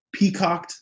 peacocked